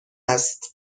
هست